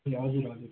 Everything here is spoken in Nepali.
ए हजुर हजुर